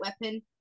weapon